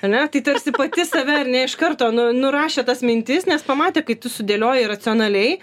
ar ne tai tarsi pati save ne iš karto nu nurašė tas mintis nes pamatė kai tu sudėlioji racionaliai